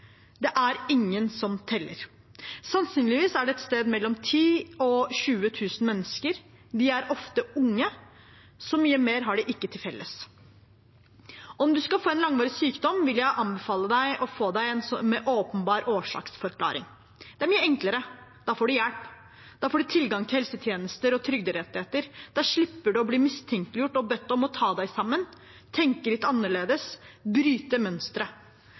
Det er ingen som teller. Sannsynligvis er det et sted mellom 10 000 og 20 000 mennesker. De er ofte unge. Så mye mer har de ikke til felles. Om du skal få en langvarig sykdom, vil jeg anbefale deg å få deg en med åpenbar årsaksforklaring. Det er mye enklere. Da får du hjelp. Da får du tilgang til helsetjenester og trygderettigheter. Da slipper du å bli mistenkeliggjort og bedt om å ta deg sammen, tenke litt annerledes, bryte